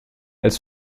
als